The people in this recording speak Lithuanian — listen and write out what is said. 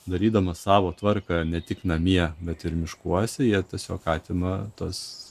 darydamas savo tvarką ne tik namie bet ir miškuose jie tiesiog atima tas